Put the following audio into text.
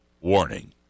Warning